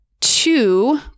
Two